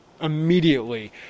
immediately